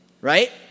right